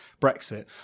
Brexit